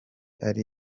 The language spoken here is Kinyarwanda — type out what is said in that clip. ari